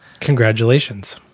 Congratulations